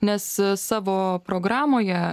nes savo programoje